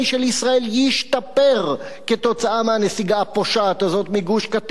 ישראל ישתפר כתוצאה מהנסיגה הפושעת הזאת מגוש-קטיף.